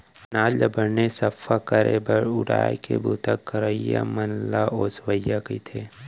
अनाज ल बने सफ्फा करे बर उड़ाय के बूता करइया मन ल ओसवइया कथें